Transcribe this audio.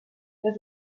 les